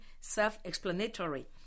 Self-explanatory